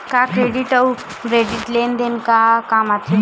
का क्रेडिट अउ डेबिट लेन देन के काम आथे?